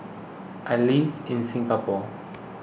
I live in Singapore